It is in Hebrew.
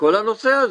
בכל הנושא הזה.